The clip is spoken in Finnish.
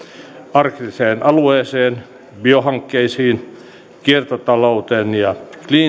arktiseen alueeseen biohankkeisiin kiertotalouteen ja cleantechiin